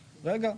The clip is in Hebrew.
רגע,